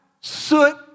soot